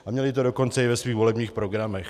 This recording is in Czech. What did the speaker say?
A měli to dokonce i ve svých volebních programech.